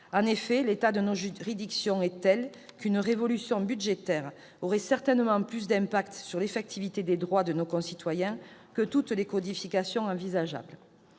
En effet, l'état de nos juridictions est tel qu'une révolution budgétaire aurait certainement plus d'impact sur l'effectivité des droits de nos concitoyens que toutes les codifications envisageables.